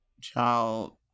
Child